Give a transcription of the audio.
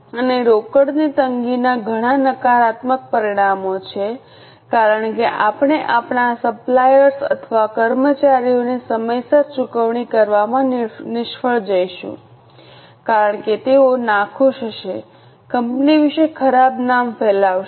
અને રોકડની તંગીના ઘણા નકારાત્મક પરિણામો છે કારણ કે આપણે આપણા સપ્લાયર્સ અથવા કર્મચારીઓને સમયસર ચુકવણી કરવામાં નિષ્ફળ જઈશું કારણ કે તેઓ નાખુશ હશે કંપની વિશે ખરાબ નામ ફેલાશે